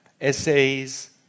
essays